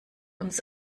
uns